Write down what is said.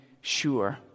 sure